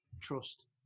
trust